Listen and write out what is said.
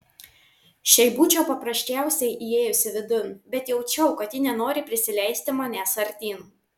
šiaip būčiau paprasčiausiai įėjusi vidun bet jaučiau kad ji nenori prisileisti manęs artyn